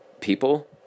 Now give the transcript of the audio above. people